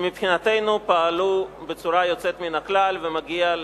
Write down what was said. שמבחינתנו פעלו בצורה יוצאת מן הכלל ומגיעים